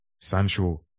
Sancho